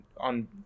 on